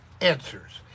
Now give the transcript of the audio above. answers